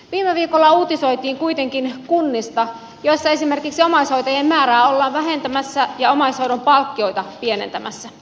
viime viikolla uutisoitiin kuitenkin kunnista joissa esimerkiksi omaishoitajien määrää ollaan vähentämässä ja omaishoidon palkkioita pienentämässä